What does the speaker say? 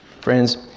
Friends